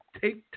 take